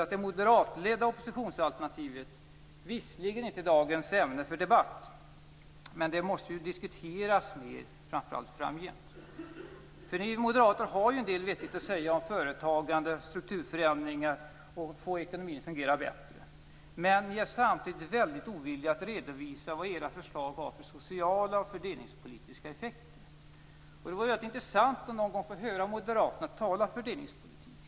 Det moderatledda oppositionsalternativet är visserligen inte dagens ämne för debatt, men det måste diskuteras, framför allt framgent. Men samtidigt är ni ovilliga att redovisa vilka sociala och fördelningspolitiska effekter era förslag har. Det vore rätt intressant att någon gång få höra Moderaterna tala om fördelningspolitiken.